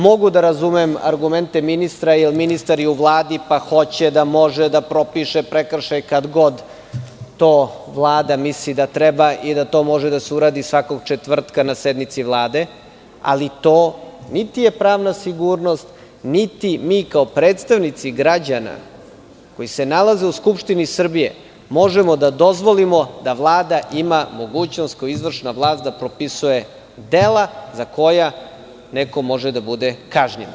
Mogu da razumem argumente ministra, jer je Ministar u Vladi pa hoće da može da propiše prekršaj kad god to Vlada misli da treba i da to može da se uradi svakog četvrtka na sednici Vlade, ali to niti je pravna sigurnost, niti mi kao predstavnici građana koji se nalaze u Skupštini Srbije možemo da dozvolimo da Vlada ima mogućnost kao izvršna vlast da propisuje dela za koja neko može da bude kažnjen.